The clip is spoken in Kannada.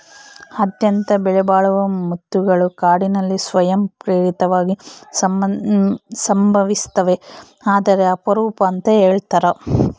ಅತ್ಯಂತ ಬೆಲೆಬಾಳುವ ಮುತ್ತುಗಳು ಕಾಡಿನಲ್ಲಿ ಸ್ವಯಂ ಪ್ರೇರಿತವಾಗಿ ಸಂಭವಿಸ್ತವೆ ಆದರೆ ಅಪರೂಪ ಅಂತ ಹೇಳ್ತರ